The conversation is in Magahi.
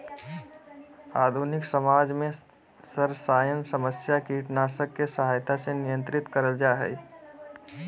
आधुनिक समाज में सरसायन समस्या कीटनाशक के सहायता से नियंत्रित करल जा हई